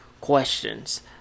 questions